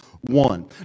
one